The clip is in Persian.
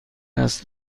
است